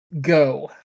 Go